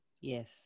Yes